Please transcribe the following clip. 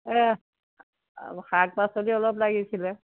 এই শাক পাচলি অলপ লাগিছিলে